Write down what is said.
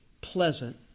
pleasant